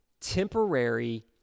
temporary